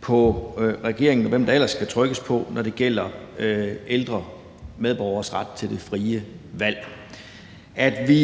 på regeringen, og hvem der ellers skal trykkes på, når det gælder ældre medborgeres ret til det frie valg – at vi